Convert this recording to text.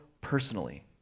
personally